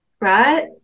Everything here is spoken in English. right